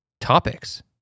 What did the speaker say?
topics